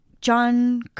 John